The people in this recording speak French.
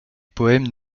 poèmes